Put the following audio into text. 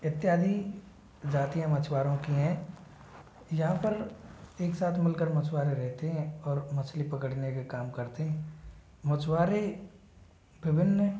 इत्यादि जातियाँ मछुआरों की हैं यहाँ पर एक सात मिलकर मछुआरे रहते हैं और मछली पकड़ने का काम करते हैं मछुआरे विभिन्न